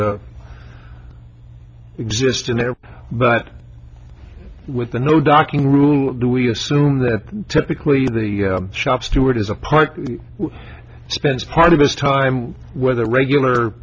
exist in there but with the no docking rule do we assume that typically the shop steward as a part spends part of his time whether regular